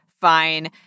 fine